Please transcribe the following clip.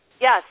Yes